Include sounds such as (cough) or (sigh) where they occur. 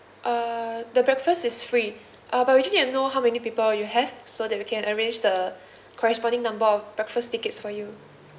uh the breakfast is free uh but we just need to know how many people you have so that we can arrange the (breath) corresponding number of breakfast tickets for you